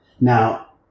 Now